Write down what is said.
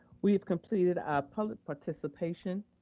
we have completed our public participation.